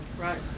Right